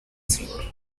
senhor